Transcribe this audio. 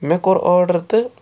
مےٚ کوٚر آرڈر تہٕ